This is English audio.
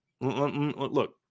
Look